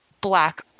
black